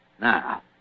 Now